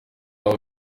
aho